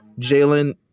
Jalen